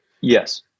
Yes